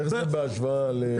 איך זה בהשוואה לפני הקורונה?